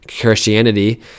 Christianity